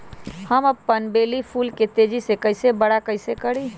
हम अपन बेली फुल के तेज़ी से बरा कईसे करी?